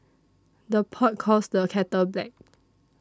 the pot calls the kettle black